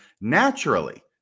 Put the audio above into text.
naturally